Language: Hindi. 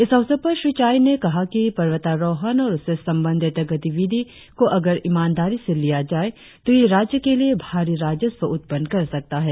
इस अवसर पर श्री चाई ने कहा कि पर्वतारोहण और उससे संबंधित गतिविधि को अगर ईमानदारी से लिया जाए तो यह राज्य के लिए भारी राजस्व उत्पन्न कर सकता है